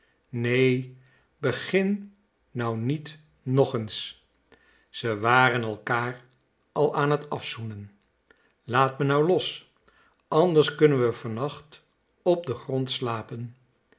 nee begin nou niet nog eens ze waren elkaar al aan t afzoenen laat me nou los anders kunnen we vannacht op den grond slapen